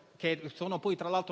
dei tanti - sono